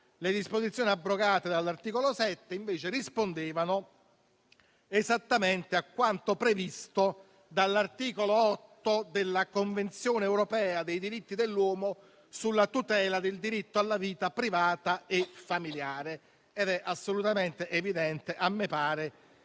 Le disposizioni abrogate dall'articolo 7, invece, rispondevano esattamente a quanto previsto dall'articolo 8 della Convenzione europea dei diritti dell'uomo sulla tutela del diritto alla vita privata e familiare ed è assolutamente evidente - a me pare